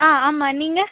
ஆ ஆமாம் நீங்கள்